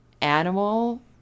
animal